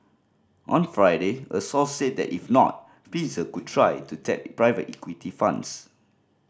on Friday a source said that if not Pfizer could try to tap private equity funds